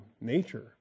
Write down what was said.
nature